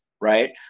right